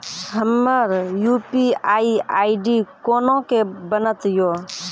हमर UPI ID कोना के बनत यो?